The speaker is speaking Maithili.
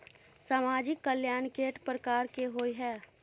सामाजिक कल्याण केट प्रकार केँ होइ है?